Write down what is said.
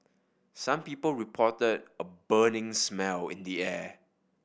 some people reported a burning smell in the air